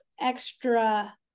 extra